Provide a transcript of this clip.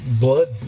blood